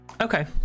Okay